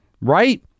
Right